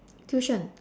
tuition